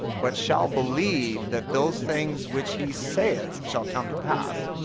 but shall believe that those things which he saith shall come to pass.